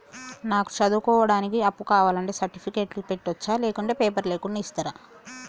నాకు చదువుకోవడానికి అప్పు కావాలంటే సర్టిఫికెట్లు పెట్టొచ్చా లేకుంటే పేపర్లు లేకుండా ఇస్తరా?